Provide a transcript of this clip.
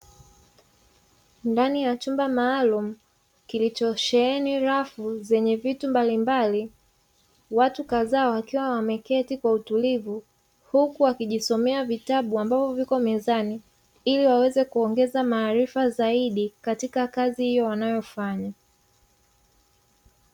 Ndani ya chumba maalumu kilichosheheni rafu zenye vitu mbalimbali, watu kadhaa wakiwa wameketi kwa utulivu, huku wakijisomea vitabu ambavyo viko mezani, ili waweze kuongeza maarifa zaidi katika kazi hiyo wanayofanya.